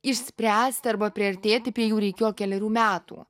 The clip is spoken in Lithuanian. išspręsti arba priartėti prie jų reikėjo kelerių metų